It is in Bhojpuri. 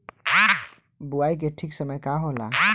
बुआई के ठीक समय का होला?